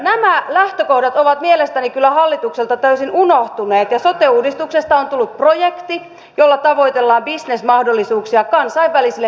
nämä lähtökohdat ovat mielestäni kyllä hallitukselta täysin unohtuneet ja sote uudistuksesta on tullut projekti jolla tavoitellaan bisnesmahdollisuuksia kansainvälisille terveysyhtiöille